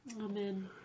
Amen